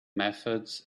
methods